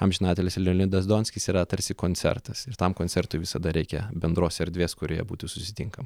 amžinatilsį leonidas donskis yra tarsi koncertas ir tam koncertui visada reikia bendros erdvės kurioje būtų susitinkama